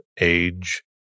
age